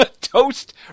Toast